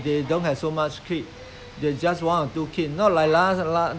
of of course the I mean the now the trend is changing okay